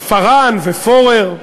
פארן ופורר,